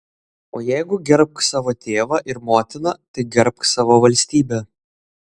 o jeigu gerbk savo tėvą ir motiną tai gerbk savo valstybę